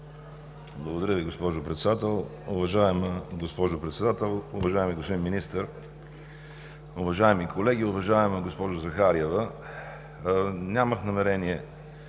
Благодаря Ви, госпожо Председател! Уважаема госпожо Председател, уважаеми господин Министър, уважаеми колеги! Уважаема госпожо Захариева, нямах намерение,